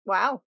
Wow